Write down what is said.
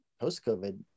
post-COVID